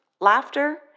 laughter